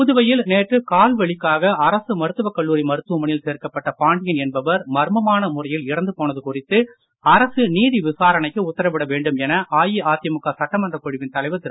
புதுவையில் நேற்று கால் வலிக்காக அரசு மருத்துவக் கல்லூரி மருத்துவமனையில் சேர்க்கப்பட்ட பாண்டியன் என்பவர் மர்மமான முறையில் இறந்து போனது குறித்து அரசு நீதி விசாரணைக்கு உத்தரவிட வேண்டும் என அஇஅதிமுக சட்டமன்ற குழுவின் தலைவர் திரு